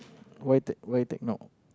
why tech~ why techno